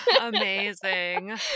Amazing